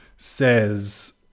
says